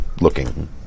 looking